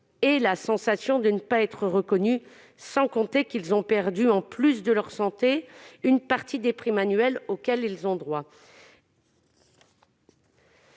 et le sentiment de ne pas être reconnus, sans compter qu'ils ont perdu, en plus de leur santé, une partie des primes annuelles auxquelles ils ont droit.